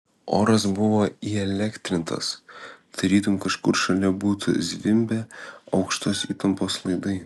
oras buvo įelektrintas tarytum kažkur šalia būtų zvimbę aukštos įtampos laidai